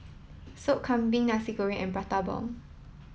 Sop Kambing Nasi Goreng and Prata Bomb